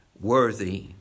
worthy